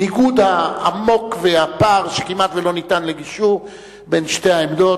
הניגוד העמוק והפער שכמעט ולא ניתן לגישור בין שתי העמדות,